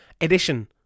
edition